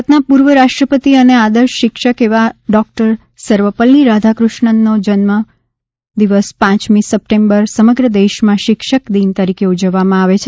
ભારતના પૂર્વ રાષ્ટ્રપતિ અને આદર્શ શિક્ષક એવા ડોક્ટર સર્વપલ્લી રાધાક્રષ્ણનો જન્મ દિવસ પાંચમી સપ્ટેમ્બરના સમગ્ર દેશમાં શિક્ષક દિન તરીકે ઉજવવામાં આવે છે